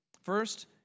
First